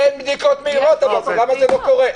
אין בדיקות מהירות, למה זה לא קורה?